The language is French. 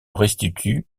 restitue